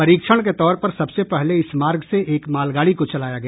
परीक्षण के तौर पर सबसे पहले इस मार्ग से एक मालगाड़ी को चलाया गया